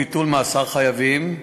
ביטול מאסר חייבים),